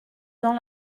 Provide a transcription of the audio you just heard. dans